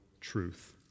truth